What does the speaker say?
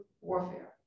warfare